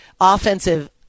offensive